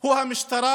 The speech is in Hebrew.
הוא המשטרה,